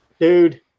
Dude